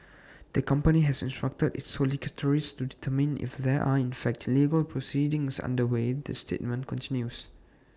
the company has instructed its solicitors to determine if there are in fact legal proceedings underway the statement continues